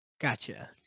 Gotcha